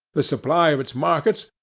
the supply of its markets,